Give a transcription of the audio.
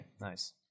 nice